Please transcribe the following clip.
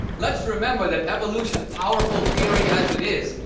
let's remember that evolution, powerful theory as it is,